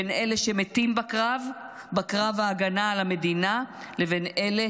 בין אלה שמתים בקרב ההגנה על המדינה לבין אלה